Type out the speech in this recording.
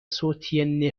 صوتی